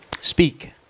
speak